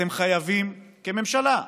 כממשלה,